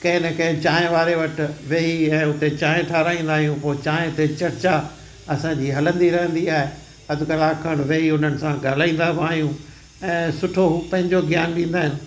कंहिं न कंहिं चांहि वारे वटि वेही ऐं हुते चांहि ठाहिराईंदा आहियूं पोइ चांहि ते चर्चा असांजी हलंदी रहंदी आहे अधु कलाकु खनि वेही उन्हनि सां ॻाल्हाईंदा बि आहियूं ऐं सुठो हू पंहिंजो ज्ञान ॾींदा आहिनि